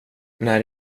när